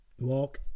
walk